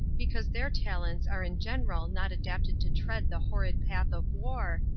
because their talents are in general not adapted to tread the horrid path of war,